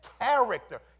character